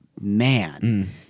man